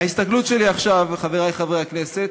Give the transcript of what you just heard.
מההסתכלות שלי עכשיו, חברי חברי הכנסת,